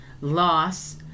loss